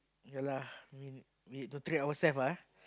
ya lah mean we need to treat ourself lah ah